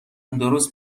درست